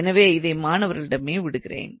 எனவே இதை மாணவர்களிடமே விடுகிறேன்